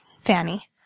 Fanny